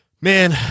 man